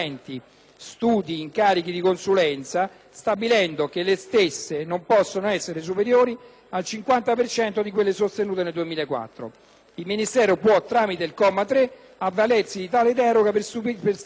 studi e incarichi di consulenza, stabilendo che le stesse non potessero essere superiori al 50 per cento di quelle sostenute nel 2004. Il Ministero, con quel comma 3, può avvalersi di tale deroga per stipulare